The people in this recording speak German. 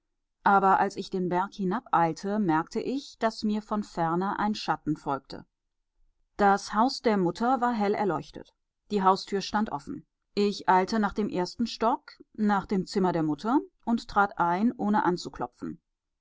aber als ich den berg hinabeilte merkte ich daß mir von ferne ein schatten folgte das haus der mutter war hell erleuchtet die haustür stand offen ich eilte nach dem ersten stock nach dem zimmer der mutter und trat ein ohne anzuklopfen